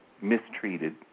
mistreated